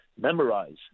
memorize